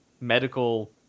medical